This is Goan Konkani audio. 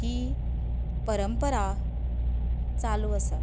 ही परंपरा चालू आसा